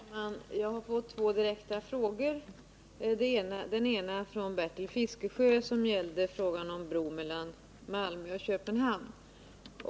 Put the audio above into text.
Herr talman! Jag har fått två direkta frågor. Den ena ställdes av Bertil Fiskesjö och gällde en bro mellan Malmö och Köpenhamn.